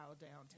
downtown